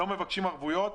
לא מבקשים ערבויות.